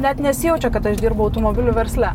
net nesijaučia kad aš dirbau automobilių versle